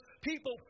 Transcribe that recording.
people